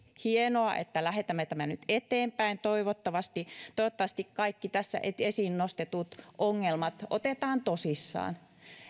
hienoa että lähetämme tämän nyt eteenpäin toivottavasti toivottavasti kaikki tässä esiin nostetut ongelmat otetaan tosissaan